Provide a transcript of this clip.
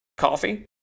coffee